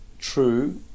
true